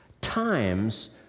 times